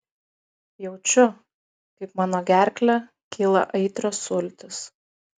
jaučiu kaip mano gerkle kyla aitrios sultys